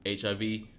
HIV